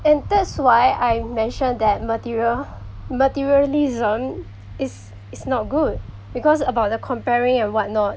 and that's why I mentioned that material materialism is is not good because about the comparing and what not